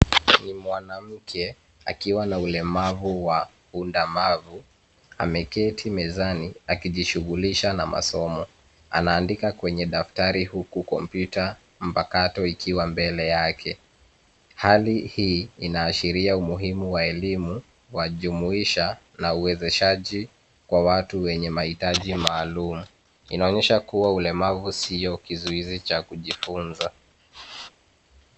Mwanamke akiwa na ulemavu wa undamavu ameketi mezani akijishughulisha na masomo anaandika kwenye daftari huku kompyuta mpakato ikiwa mbele yake, hali hii inaashiria umuhimu wa elimu wa jumuisha na uwezeshaji kwa watu wenye mahitaji maalumu inaonyesha kuwa ulemavu sio kizuizi cha kujifunza.